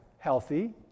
Healthy